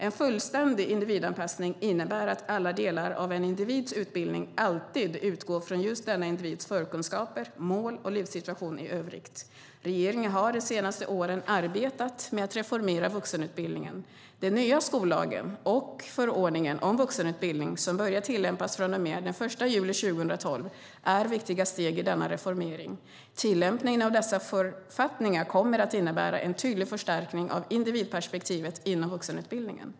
En fullständig individanpassning innebär att alla delar av en individs utbildning alltid utgår från just denna individs förkunskaper, mål och livssituation i övrigt. Regeringen har de senaste åren arbetat med att reformera vuxenutbildningen. Den nya skollagen och förordningen om vuxenutbildning, som börjar tillämpas från och med den 1 juli 2012, är viktiga steg i denna reformering. Tillämpningen av dessa författningar kommer att innebära en tydlig förstärkning av individperspektivet inom vuxenutbildningen.